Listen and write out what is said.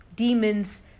Demons